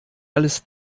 alles